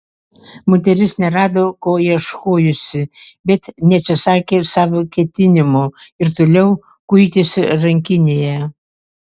moteris nerado ko ieškojusi bet neatsisakė savo ketinimo ir toliau kuitėsi rankinėje